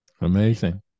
Amazing